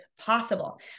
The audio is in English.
possible